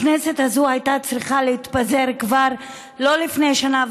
הכנסת הזאת הייתה צריכה להתפזר כבר לא לפני שנה,